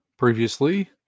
Previously